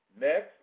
Next